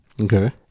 Okay